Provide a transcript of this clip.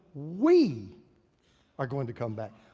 we are going to come back.